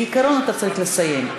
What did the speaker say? בעיקרון אתה צריך לסיים,